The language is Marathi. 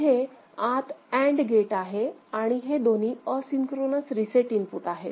इथे आत अँड गेट आहे आणि हे दोन्ही असिंक्रोनस रिसेट इनपुट आहेत